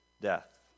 death